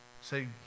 Say